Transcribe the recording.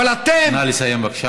נא לסיים, בבקשה.